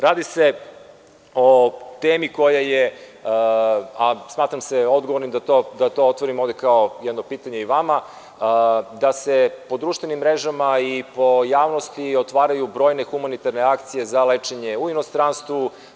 Radi se o temi koja je, a smatram se odgovornim da to otvorim ovde kao jedno pitanje i vama, da se po društvenim mrežama i po javnosti otvaraju brojne humanitarne akcije za lečenje u inostranstvu.